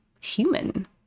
human